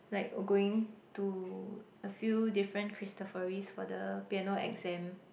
like oh going to a few different Cristoforis for the piano exam